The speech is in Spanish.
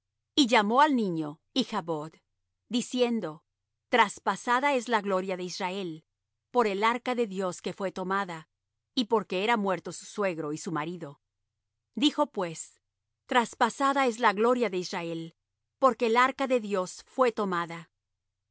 y llamó al niño ichbod diciendo traspasada es la gloria de israel por el arca de dios que fué tomada y porque era muerto su suegro y su marido dijo pues traspasada es la gloria de israel porque el arca de dios fué tomada